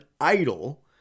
idol